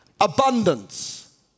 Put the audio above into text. abundance